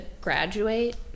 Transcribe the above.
graduate